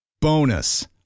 Bonus